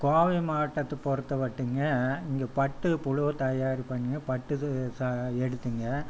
கோவை மாவட்டத்தை பொறுத்தமட்டுங்க இங்கே பட்டு புழு தயாரிப்பங்க பட்டு இது எடுத்துங்க